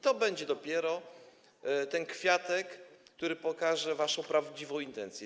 To będzie dopiero ten kwiatek, który pokaże waszą prawdziwą intencję.